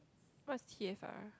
what's T_S_R